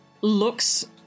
looks